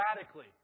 radically